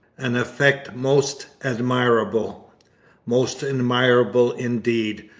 an effect most admirable most admirable, indeed!